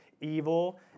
evil